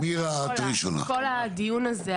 כל הדיון הזה,